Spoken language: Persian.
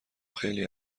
خیلی